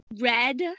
red